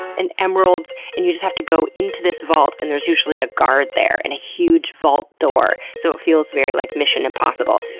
and emeralds. and you just have to go into this vault and there's usually a guard there and a huge vault door, so it feels very, like, mission impossible.